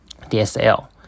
DSL